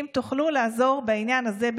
אם תוכלו לעזור בעניין הזה,